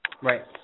Right